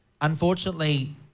Unfortunately